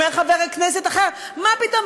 אומר חבר כנסת אחר: מה פתאום,